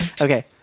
Okay